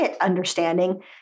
understanding